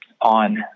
on